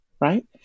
Right